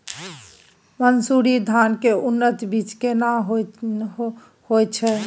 मन्सूरी धान के उन्नत बीज केना होयत छै?